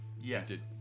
Yes